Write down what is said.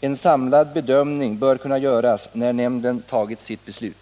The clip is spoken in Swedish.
En samlad bedömning bör kunna göras när nämnden tagit sitt beslut.